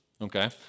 okay